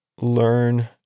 learn